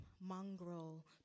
mongrel